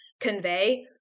convey